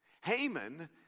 Haman